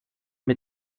mit